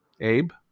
Abe